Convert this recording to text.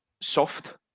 soft